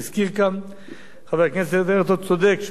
חבר הכנסת הרצוג צודק כשהוא מזכיר שבמקרה קודם,